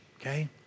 okay